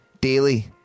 daily